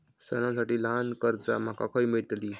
सणांसाठी ल्हान कर्जा माका खय मेळतली?